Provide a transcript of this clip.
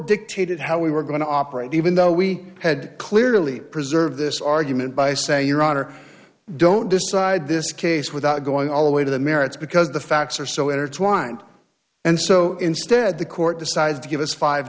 dictated how we were going to operate even though we had clearly preserve this argument by say your honor don't decide this case without going all the way to the merits because the facts are so intertwined and so instead the court decides to give us five